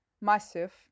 Massive